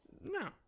no